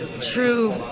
true